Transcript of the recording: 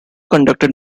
conducted